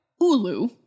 Ulu